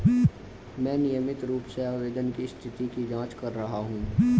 मैं नियमित रूप से आवेदन की स्थिति की जाँच कर रहा हूँ